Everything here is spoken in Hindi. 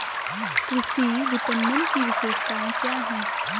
कृषि विपणन की विशेषताएं क्या हैं?